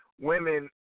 women